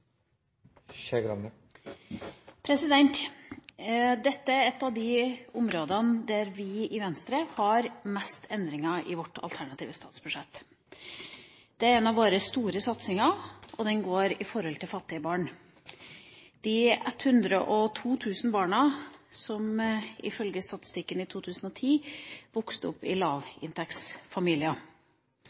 menneskene. Dette er et av de områdene hvor vi i Venstre har mest endringer i vårt alternative statsbudsjett. Det er en av våre store satsinger, og det handler om fattige barn: de 102 000 barna som ifølge statistikken i 2010 vokste opp i